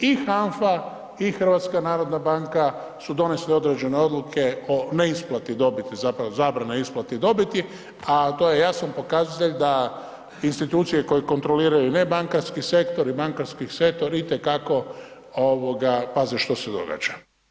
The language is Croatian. I HANFA i HNB su donijele određene odluke o neisplati dobiti, zapravo zabrani isplate dobiti, a to je jasan pokazatelj da institucije koje kontroliraju nebankarski sektor i bankarski sektor itekako paze što se događa.